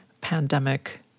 pandemic